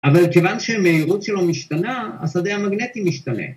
‫אבל כיוון שמהירות שלו משתנה, ‫השדה המגנטי משתנה.